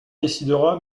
décidera